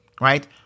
right